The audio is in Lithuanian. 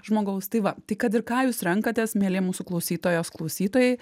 žmogaus tai va tai kad ir ką jūs renkatės mieli mūsų klausytojos klausytojai